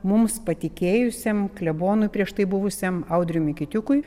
mums patikėjusiem klebonui prieš tai buvusiam audriui mykytukui